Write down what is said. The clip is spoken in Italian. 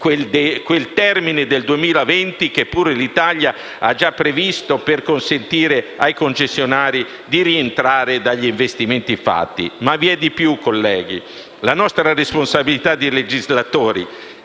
quel termine del 2020 che pure l'Italia ha già previsto per consentire ai concessionari di rientrare dagli investimenti fatti. Ma vi è di più, colleghi. La nostra responsabilità di legislatori